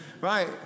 Right